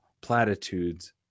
platitudes